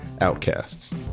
outcasts